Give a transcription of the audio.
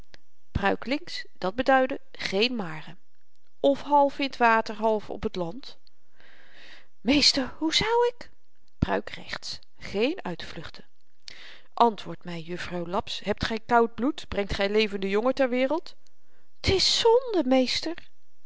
pruik links dat beduidde geen maren of half in t water half op het land meester hoe zou ik pruik rechts geen uitvluchten antwoord my juffrouw laps hebt gy koud bloed brengt gy levende jongen ter wereld t is zonde meester